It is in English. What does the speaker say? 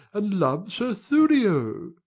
and love sir thurio?